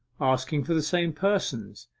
asking for the same persons,